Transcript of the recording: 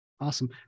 awesome